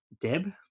Deb